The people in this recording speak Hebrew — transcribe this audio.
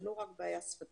זה לא רק בעיה שפתית,